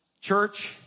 church